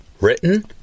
Written